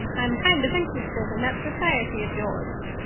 i'm kind of interested in that society of yours.